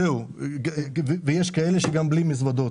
זהו, ויש כאלה שגם בלי מזוודות,